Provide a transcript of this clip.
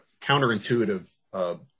counterintuitive